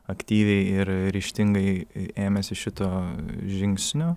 aktyviai ir ryžtingai ėmėsi šito žingsnio